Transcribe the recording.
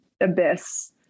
abyss